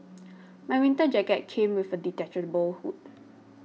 my winter jacket came with a detachable hood